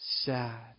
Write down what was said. Sad